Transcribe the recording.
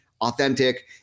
authentic